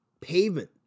pavement